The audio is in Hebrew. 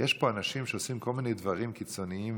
יש פה אנשים שעושים פה כל מיני דברים קיצוניים